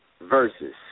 versus